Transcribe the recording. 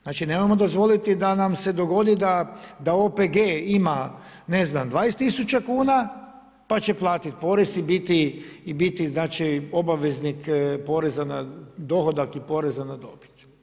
Znači nemojmo dozvoliti da nam se dogodi da OPG ima ne znam, 20 000 kuna pa će platiti porez i biti obveznik porezana dohodak i poreza na dobit.